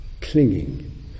clinging